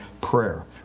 prayer